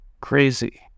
Crazy